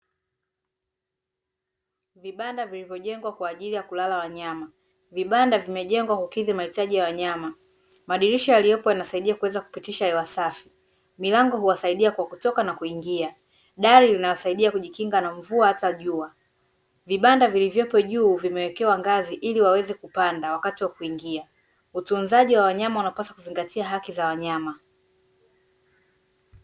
Vibanda vilivyojengwa kwa ajili ya kulala wanyama. Vibanda vimejengwa kukidhi mahitaji ya wanyama. Madirisha yaliyopo yanasaidia kuweza kupitisha hewa safi. Milango huwasaidia kwa kutoka na kuingia, dari linawasaidia kujikinga na mvua hata jua. Vibanda vilivyopo juu vimewekewa ngazi ili waweze kupanda wakati wa kuingia. Utunzaji wa wanyama unapaswa kuzingatia haki za wanyama.